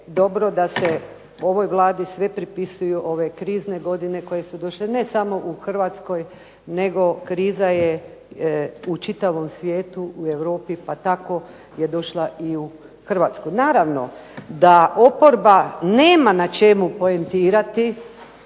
dobro da se ovoj Vladi sve pripisuju ove krizne godine koje su došle ne samo u Hrvatskoj, nego kriza je u čitavom svijetu, u Europi pa tako je došla i u Hrvatsku. Naravno da oporba nema na čemu poentirati